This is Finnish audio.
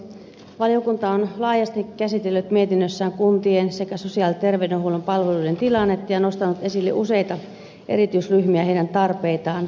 valiokunta on laajasti käsitellyt mietinnössään kuntien sekä sosiaali että terveydenhuollon palveluiden tilannetta ja nostanut esille useita erityisryhmiä heidän tarpeitaan